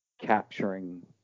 capturing